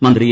മന്ത്രി എ